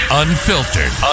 unfiltered